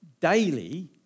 daily